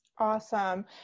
Awesome